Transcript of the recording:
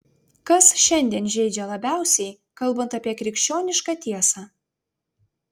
kas šiandien žeidžia labiausiai kalbant apie krikščionišką tiesą